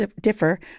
differ